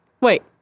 Wait